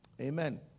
Amen